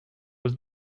was